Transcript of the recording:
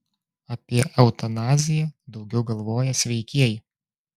apie eutanaziją daugiau galvoja sveikieji